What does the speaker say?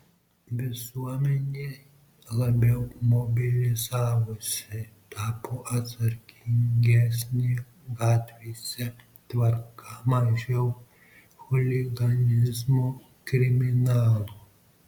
visuomenė labiau mobilizavosi tapo atsakingesnė gatvėse tvarka mažiau chuliganizmo kriminalų